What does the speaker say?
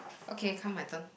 okay come my turn